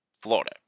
Florida